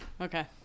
Okay